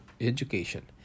education